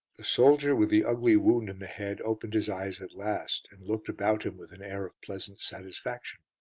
the soldier with the ugly wound in the head opened his eyes at last, and looked about him with an air of pleasant satisfaction.